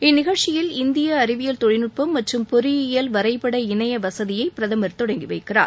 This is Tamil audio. இந்நிகழ்ச்சியில் இந்திய அறிவியல் தொழில்நுட்பம் மற்றும் பொறியியல் வரைப்பட இணைய வசதியை பிரதமர் தொடங்கி வைக்கிறார்